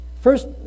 first